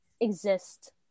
exist